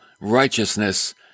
righteousness